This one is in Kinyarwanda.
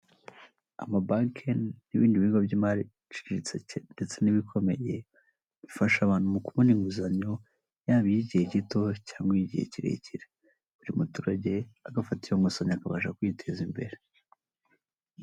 Amabanki n'ibindi bigo by'imari iciriritse ndetse n'ibikomeye, bifasha abantu mu kubona inguzanyo, yaba iy'igihe gito cyangwa igihe kirekire, buri muturage agafa iyo nguzanyo akabasha kwiteza imbere.